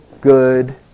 good